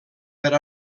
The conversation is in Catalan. per